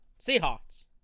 Seahawks